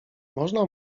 można